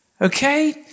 okay